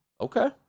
Okay